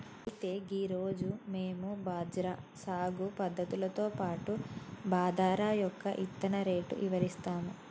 అయితే గీ రోజు మేము బజ్రా సాగు పద్ధతులతో పాటు బాదరా యొక్క ఇత్తన రేటు ఇవరిస్తాము